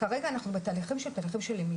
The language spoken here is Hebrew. כרגע אנחנו בתהליכים של למידה,